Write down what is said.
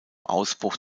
ausbruch